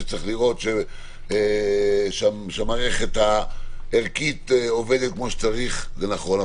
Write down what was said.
זה שצריך לראות שהמערכת הערכית עובדת כמו שצריך זה נכון,